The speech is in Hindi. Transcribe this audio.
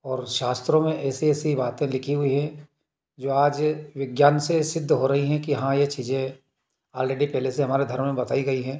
और शास्त्रों में ऐसे ऐसे बातें लिखी हुई है जो आज विज्ञान से सिद्ध हो रही हैं कि हाँ ये चीज़ें आलरेडी पहले से हमारे धर्म में बताई गई है